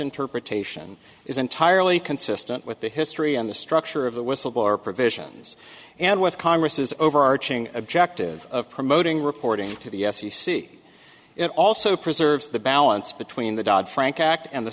interpretation is entirely consistent with the history and the structure of the whistleblower provisions and with congress's overarching objective of promoting reporting to the f c c it also preserves the balance between the dodd frank act and the